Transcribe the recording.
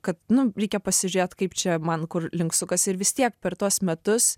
kad nu reikia pasižiūrėt kaip čia man kur link sukasi ir vis tiek per tuos metus